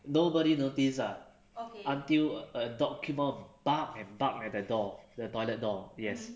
nobody noticed ah until a dog keep on bark and bark at the door the toilet door yes